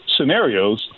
scenarios